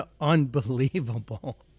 unbelievable